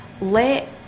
let